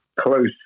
close